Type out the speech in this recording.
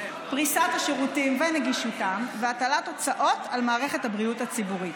פריסת השירותים ונגישותם והטלת הוצאות על מערכת הבריאות הציבורית.